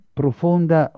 profonda